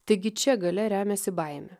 taigi čia galia remiasi baime